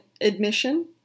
admission